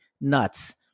nuts